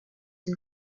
den